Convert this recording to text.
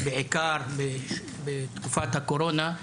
בעיקר בתקופת הקורונה,